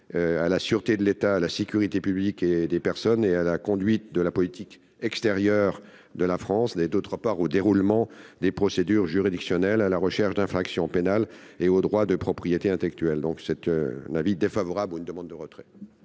à la sûreté de l'État, à la sécurité publique et des personnes et à la conduite de la politique extérieure de la France, ainsi qu'au déroulement des procédures juridictionnelles, à la recherche d'infractions pénales et aux droits de propriété intellectuelle. Demande de retrait